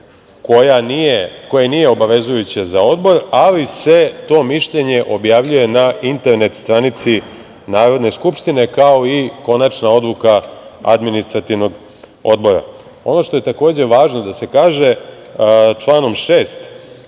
koja nije obavezujuća za Odbor, ali se to mišljenje objavljuje na internet stranici Narodne skupštine, kao i konačna odluka Administrativnog odbora. Ono što je takođe važno da se kaže, članom 6.